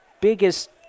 biggest